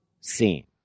seen